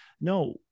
no